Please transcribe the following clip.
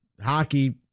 Hockey